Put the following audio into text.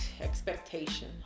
Expectation